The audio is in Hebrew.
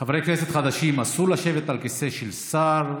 חברי הכנסת החדשים, אסור לשבת על כיסא של שר.